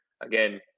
Again